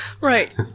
Right